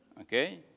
Okay